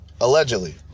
Allegedly